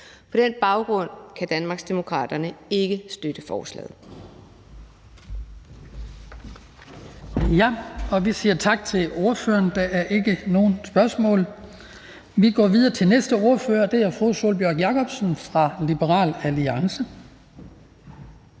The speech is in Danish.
På den baggrund kan Danmarksdemokraterne ikke støtte forslaget.